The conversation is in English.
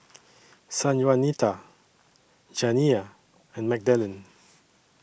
Sanjuanita Janiyah and Magdalen